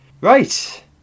right